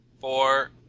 four